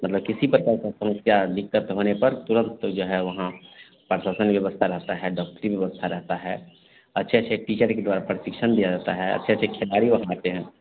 मतलब किसी प्रकार की समस्या दिक्कत होने पर तुरन्त जो है वहाँ प्रशासन व्यवस्था रहती है डॉक्टरी व्यवस्था रहती है अच्छे अच्छे टीचर के द्वारा प्रशिक्षण दिया जाता है अच्छे अच्छे खिलाड़ी वहाँ आते हैं